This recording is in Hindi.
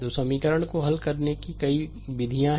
तो समीकरण को हल करने के लिए कई विधियाँ हैं